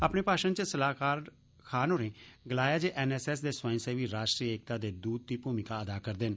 अपने भाषण च सलाहकार खान होरें गलाया जे एनएसएस दे स्वयंसेवी राष्ट्री एकता दे दूत दी भूमिका अदा करदे न